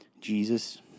Jesus